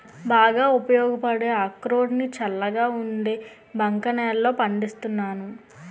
బాగా ఉపయోగపడే అక్రోడ్ ని చల్లగా ఉండే బంక నేలల్లో పండిస్తున్నాను